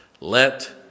let